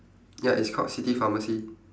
ya it's called city pharmacy